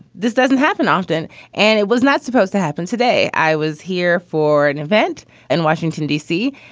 this doesn't happen often and it was not supposed to happen today. i was here for an event in washington, d c.